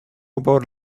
about